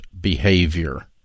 behavior